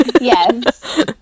Yes